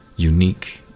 unique